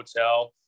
hotel